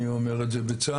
אני אומר את זה בצער,